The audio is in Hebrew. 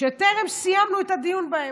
שטרם סיימנו את הדיון בהן: